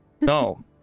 No